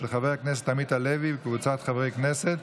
של חבר הכנסת עמית הלוי וקבוצת חברי הכנסת,